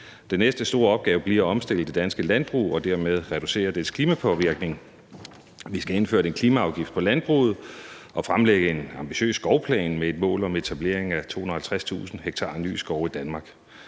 Den næste store opgave bliver at omstille det danske landbrug og dermed reducere dets klimapåvirkning. Vi skal have indført en klimaafgift på landbruget og fremlægge en ambitiøs skovplan med et mål om etablering af 250.000 ha ny skov i Danmark.